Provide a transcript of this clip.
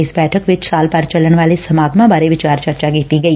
ਇਸ ਬੈਠਕ ਵਿਚ ਸਾਲ ਭਰ ਚੱਲਣ ਵਾਲੇ ਸਮਾਗਮਾਂ ਬਾਰੇ ਵਿਚਾਰ ਚਰਚਾ ਕੀਤੀ ਗਈ